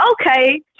okay